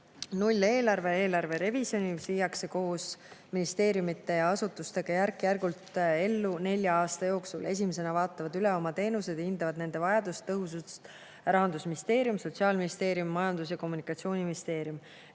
nulleelarve ja eelarve revisjoni, mis viiakse koos ministeeriumide ja asutustega järk-järgult ellu nelja aasta jooksul. Esimesena vaatavad üle oma teenused ja hindavad nende vajadust ja tõhusust Rahandusministeerium, Sotsiaalministeerium ning Majandus‑ ja Kommunikatsiooniministeerium.